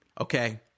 Okay